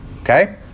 Okay